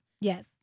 Yes